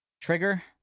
Trigger